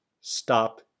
stop